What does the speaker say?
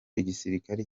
igisirikare